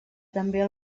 també